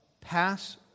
Pass